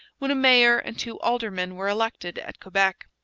when a mayor and two aldermen were elected at quebec.